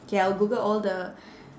K I'll google all the